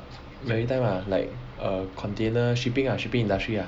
maritime lah like err container shipping lah shipping industry lah